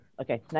Okay